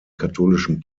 katholischen